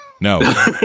No